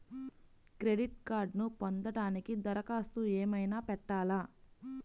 Credit కార్డ్ను పొందటానికి దరఖాస్తు ఏమయినా పెట్టాలా?